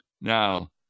Now